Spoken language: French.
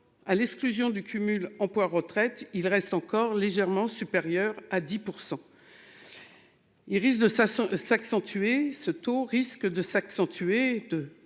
à l'exclusion du cumul emploi-retraite. Il reste encore légèrement supérieure à 10%. Il risque de ça s'accentuer